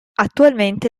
attualmente